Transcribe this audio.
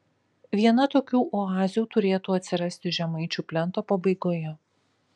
viena tokių oazių turėtų atsirasti žemaičių plento pabaigoje